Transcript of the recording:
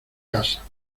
casa